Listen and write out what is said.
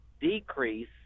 decrease